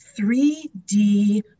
3D